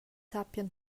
sappien